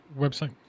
website